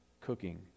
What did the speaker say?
cooking